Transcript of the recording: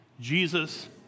Jesus